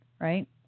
right